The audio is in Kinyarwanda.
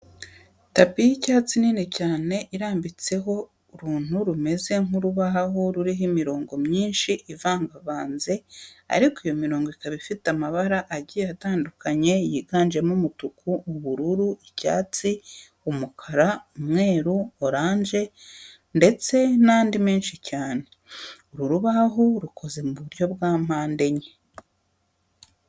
Tapi y'icyatsi nini cyane irambitseho uruntu rumeze nk'urubaho ruriho imirongo myinshi ivangavanze ariko iyo mirongo ikaba ifite amabara agiye atandukanye yiganjemo umutuku, ubururu, icyatsi, umukara, umweru, oranje ndetse n'andi menshi cyane. Uru rubaho rukoze mu buryo bwa mpande enye.